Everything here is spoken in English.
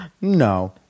no